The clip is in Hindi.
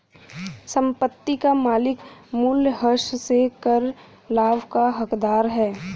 संपत्ति का मालिक मूल्यह्रास से कर लाभ का हकदार है